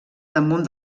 damunt